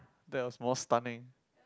that was more stunning